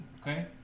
Okay